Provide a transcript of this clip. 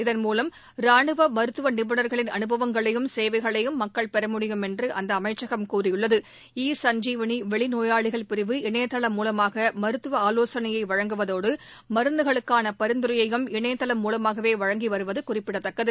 இதன் மூலம் ராணுவ மருத்துவ நிபுணர்களின் அனுபவங்களையும் சேவைகளையும் மக்கள் பெற முடியும் என்று அந்த அமைச்சகம் கூறியுள்ளது ஈ சஞ்ஜீவனி வெளி நோயாளிகள் பிரிவு இணையதளம் மூலமாக மருத்துவ ஆலோசனையை வழங்குவதோடு மருந்துகளுக்கான பரிந்துரையையும் இணையம் மூலமாகவே வழங்கி வருவது குறிப்பிடத்தக்கது